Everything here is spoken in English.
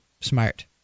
smart